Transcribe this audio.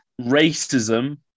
racism